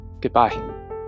goodbye